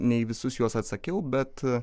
ne į visus juos atsakiau bet